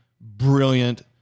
brilliant